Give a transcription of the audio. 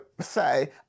say